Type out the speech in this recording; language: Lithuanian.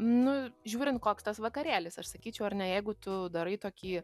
nu žiūrint koks tas vakarėlis aš sakyčiau ar ne jeigu tu darai tokį